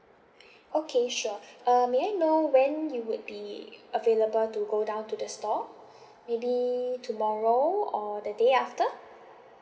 okay sure uh may I know when you would be available to go down to the store maybe tomorrow or the day after